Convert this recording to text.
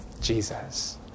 Jesus